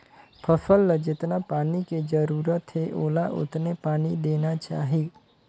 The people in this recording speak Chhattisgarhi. फसल ल जेतना पानी के जरूरत हे ओला ओतने पानी देना चाही